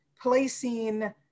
placing